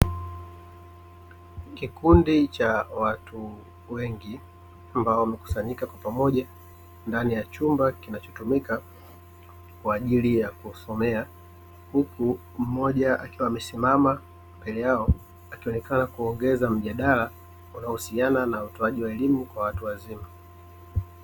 Kikundi cha watu wengi ambao wamekusanyika kwa pamoja ndani ya chumba kinachotumika kwa ajili ya kusomea, huku mmoja akiwa amesimama mbele yao akionekana kuongeza mjadala unaohusiana na utoaji wa elimu kwa watu wazima.